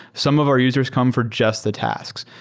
some of our users come for just the tasks,